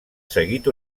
seguit